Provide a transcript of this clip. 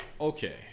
okay